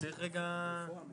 כולם מבינים.